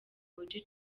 muji